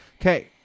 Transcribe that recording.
okay